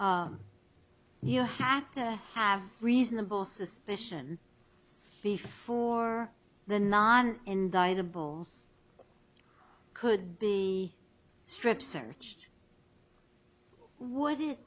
hell you hack to have reasonable suspicion before the non indict a bulls could be strip searched would